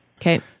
Okay